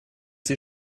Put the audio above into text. sie